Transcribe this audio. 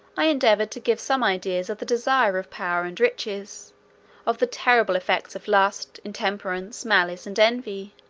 i endeavoured to give some ideas of the desire of power and riches of the terrible effects of lust, intemperance, malice, and envy.